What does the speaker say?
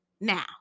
now